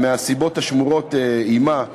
מסיבות השמורות עמה,